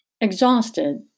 Exhausted